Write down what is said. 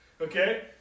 okay